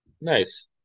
Nice